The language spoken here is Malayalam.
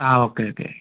ആ ഓക്കെ ഓക്കെ